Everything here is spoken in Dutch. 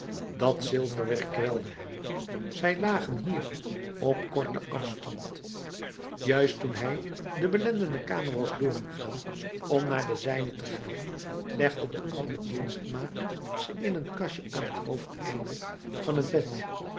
dat zilverwerk kwelde hem zij lagen hier op korten afstand juist toen hij de belendende kamer was doorgegaan om naar de zijne te gaan legde de oude dienstmaagd ze in een kastje aan t hoofdeinde van het bed